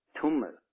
Tumors